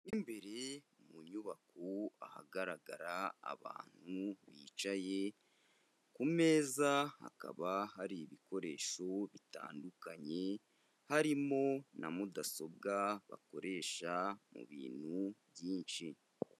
Mu imbere mu nyubako ahagaragara abantu bicaye ku meza, hakaba hari ibikoresho bitandukanye, harimo na mudasobwa bakoresha mu bintu byinshi.